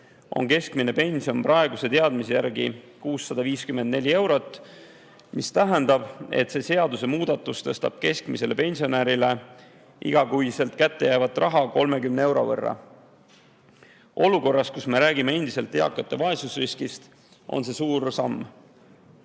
on keskmine pension praeguse teadmise järgi 654 eurot. See tähendab, et see seadusemuudatus tõstab keskmisele pensionärile igakuiselt kätte jäävat raha 30 euro võrra. Olukorras, kus me räägime endiselt eakate vaesusriskist, on see suur samm.